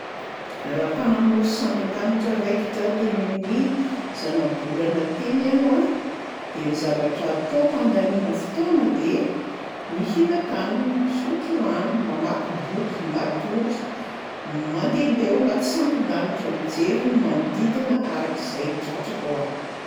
Raha mpanamory sambon-danitra raikitra teny amin'ny zanabolana teny aho a, de ny zavatra ataoko handaniana fotoana de: mihinan-kanina, misotro rano, mamaky boky, matory, mandehandeha ao anaty sambon-danitra, mijery ny manodidina arak'izay tratrako aho.